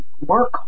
work